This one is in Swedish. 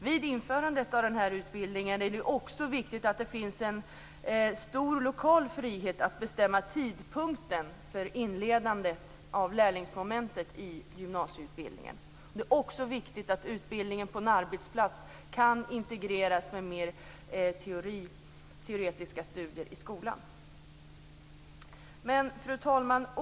Vid införandet av den här utbildningen är det också viktigt att det finns en stor lokal frihet att bestämma tidpunkten för inledandet av lärlingsmomentet i gymnasieutbildningen. Det är även viktigt att utbildningen på en arbetsplats kan integreras med mer teoretiska studier i skolan. Fru talman!